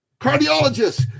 cardiologists